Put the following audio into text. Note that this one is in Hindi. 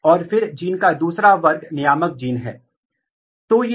इसका मतलब है कि अगर दो जीनों के लिए दो उत्परिवर्तन हैं जो समान विकास पथ को विनियमित कर रहे हैं